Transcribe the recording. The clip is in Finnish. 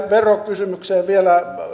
verokysymykseen vielä